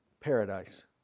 paradise